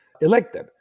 elected